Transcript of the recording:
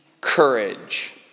courage